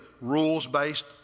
rules-based